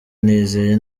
nizeye